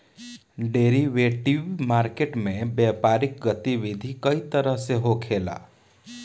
derivative market में व्यापारिक गतिविधि कई तरह से होखेला